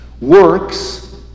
works